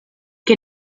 que